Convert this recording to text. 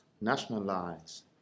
nationalize